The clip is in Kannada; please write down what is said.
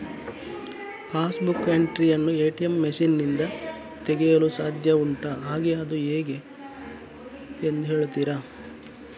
ಪಾಸ್ ಬುಕ್ ಎಂಟ್ರಿ ಯನ್ನು ಎ.ಟಿ.ಎಂ ಮಷೀನ್ ನಿಂದ ತೆಗೆಯಲು ಸಾಧ್ಯ ಉಂಟಾ ಹಾಗೆ ಅದು ಹೇಗೆ ಎಂದು ಹೇಳುತ್ತೀರಾ?